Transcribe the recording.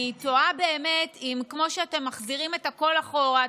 אני תוהה באמת אם כמו שאתם מחזירים את הכול אחורה,